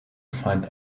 find